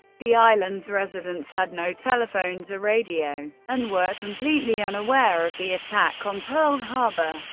the island's residents had no telephones or radio and were completely unaware of the attack on pearl harbor.